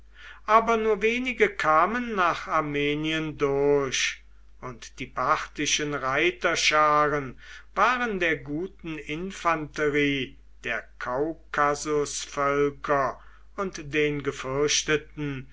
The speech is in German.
aber nur wenige kamen nach armenien durch und die parthischen reiterscharen waren der guten infanterie der kaukasusvölker und den gefürchteten